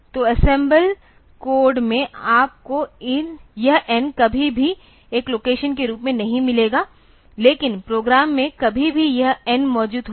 तो assembly code में आपको यह N कभी भी एक लोकेशन के रूप में नहीं मिलेगा लेकिन प्रोग्राम में कभी भी यह N मौजूद होगा